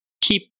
keep